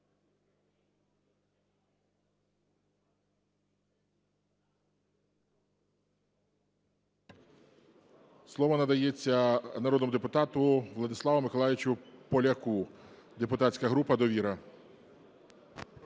Слово надається народному депутату Владіславу Миколайовичу Поляку, депутатська група "Довіра".